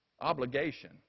obligation